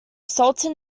sultan